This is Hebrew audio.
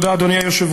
תודה, אדוני היושב-ראש.